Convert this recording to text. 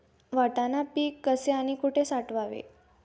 वाटाणा पीक कसे आणि कुठे साठवावे?